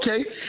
Okay